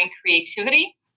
creativity